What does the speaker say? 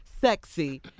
sexy